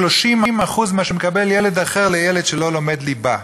30% ממה שמקבל ילד אחר לילד שלא לומד ליבה.